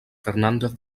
fernández